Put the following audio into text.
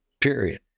period